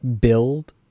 build